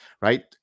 right